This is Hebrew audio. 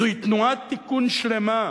זוהי תנועת תיקון שלמה,